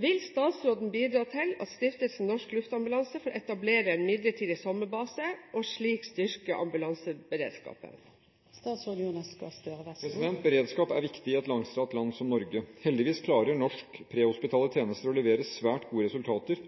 Vil statsråden bidra til at Norsk Luftambulanse får etablere en midlertidig sommerbase og slik styrke ambulanseberedskapen?» Beredskap er viktig i et langstrakt land som Norge. Heldigvis klarer norske prehospitale tjenester å levere svært gode resultater